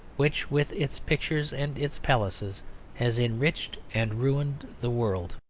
which with its pictures and its palaces has enriched and ruined the world.